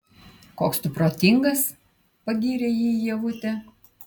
koks tu protingas pagyrė jį ievutė